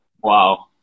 Wow